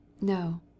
No